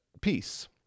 Peace